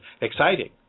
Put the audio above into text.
exciting